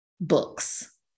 books